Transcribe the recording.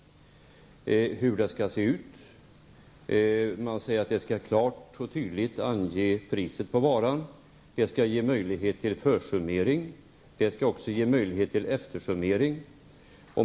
Det sägs att man klart och tydligt skall ange priset på varan. Det skall vara möjligt att försummera, det skall också finnas möjlighet till eftersummering.